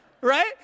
Right